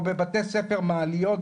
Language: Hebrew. או בבתי ספר מעליות,